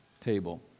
table